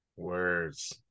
words